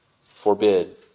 forbid